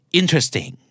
interesting